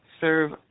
serve